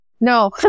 No